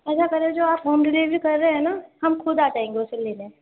ایسا کریں جو آپ ہوم ڈلیوری کر رہے ہیں نا ہم خود آ جائیں گے اسے لینے